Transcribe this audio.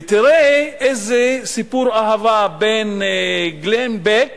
תראה איזה סיפור אהבה בין גלן בק